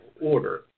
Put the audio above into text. order